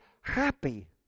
happy